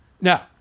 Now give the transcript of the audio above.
Now